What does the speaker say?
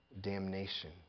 damnation